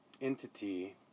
entity